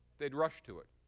they'd rush to it.